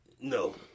No